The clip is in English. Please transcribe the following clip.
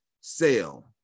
sale